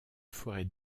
forêt